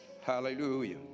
Hallelujah